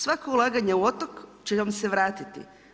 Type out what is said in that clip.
Svako ulaganje u otok će vam se vratiti.